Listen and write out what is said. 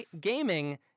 Gaming